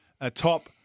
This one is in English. atop